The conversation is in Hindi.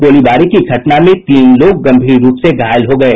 गोलीबारी की घटना में तीन लोग गम्भीर रूप से घायल हो गये